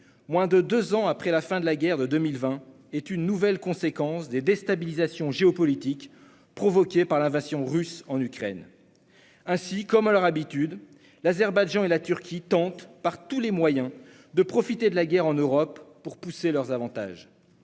moins de deux ans après la fin de la guerre de 2020, est une nouvelle conséquence des déstabilisations géopolitiques provoquées par l'invasion russe en Ukraine. Ainsi, comme à leur habitude, l'Azerbaïdjan et la Turquie tentent, par tous les moyens, de profiter de la guerre en Europe pour pousser leurs avantages.